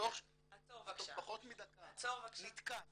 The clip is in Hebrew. ותוך פחות מדקה נתקף